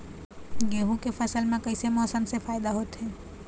गेहूं के फसल म कइसे मौसम से फायदा होथे?